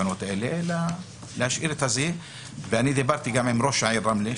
אני גם דיברתי עם ראש העיר רמלה,